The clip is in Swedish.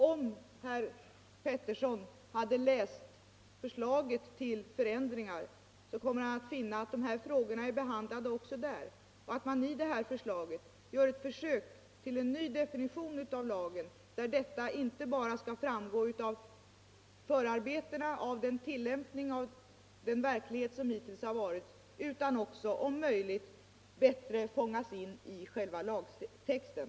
Om herr Pettersson läser förslaget till förändringar, kommer han att finna att de här frågorna blivit behandlade också där och att man i förslaget gör ett försök till en ny definition i lagen, där reglerna i det här avseendet inte bara skall framgå av förarbetena och av den tillämpning av lagen som hittills har förekommit, utan om möjligt också bättre fångas in i själva lagtexten.